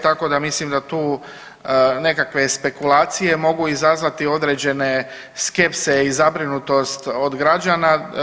Tako da mislim da tu nekakve spekulacije mogu izazvati određene skepse i zabrinutost od građana.